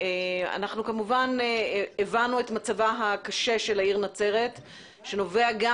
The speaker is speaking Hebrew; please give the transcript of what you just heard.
אנחנו כמובן הבנו את מצבה הקשה של העיר נצרת שנובע גם